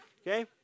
Okay